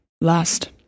last